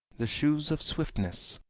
the shoes of swiftness,